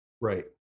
right